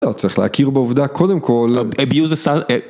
לא, צריך להכיר בעובדה, קודם כל... אביוז אסר...